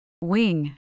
Wing